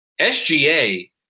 SGA